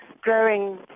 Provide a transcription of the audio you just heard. growing